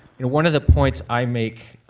one of the points i make